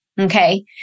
Okay